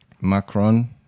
Macron